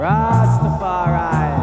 Rastafari